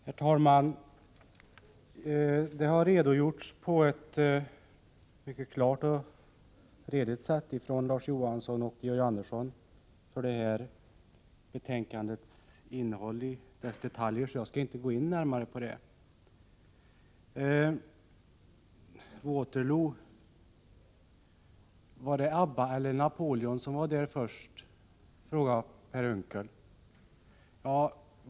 Herr talman! Larz Johansson och Georg Andersson har på ett mycket klart och redigt sätt redogjort för detta betänkandes innehåll och dess detaljer, så jag skall inte gå in närmare på det. Waterloo — var det ABBA eller Napoleon som var där först, frågar Per Unckel.